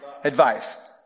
advice